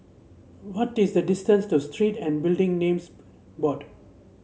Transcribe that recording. what is the distance to Street and Building Names Board